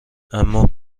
اما